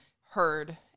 heard